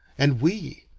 and we,